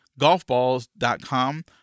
golfballs.com